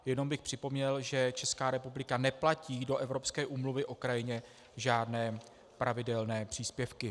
Jenom bych připomněl, že Česká republika neplatí do Evropské úmluvy o krajině žádné pravidelné příspěvky.